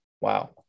wow